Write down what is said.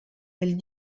elle